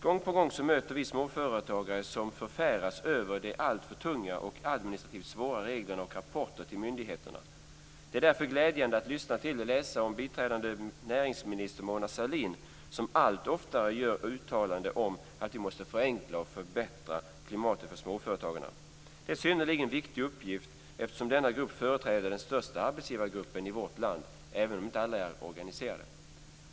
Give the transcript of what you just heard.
Gång på gång möter vi småföretagare som förfäras över de alltför tunga och administrativt svåra reglerna och rapporterna till myndigheterna. Det är därför glädjande att lyssna till och läsa om biträdande näringsminister Mona Sahlin, som allt oftare gör uttalanden om att vi måste förenkla och förbättra klimatet för småföretagarna. Det är en synnerligen viktig uppgift, eftersom denna grupp företräder den största arbetsgivargruppen i vårt land, även om inte alla är organiserade.